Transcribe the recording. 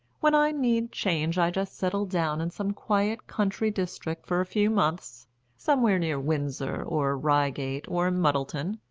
when i need change i just settle down in some quiet country district for a few months somewhere near windsor, or reigate, or muddleton.